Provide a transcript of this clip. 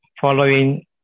following